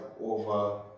over